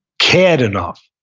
cared enough,